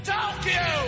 Tokyo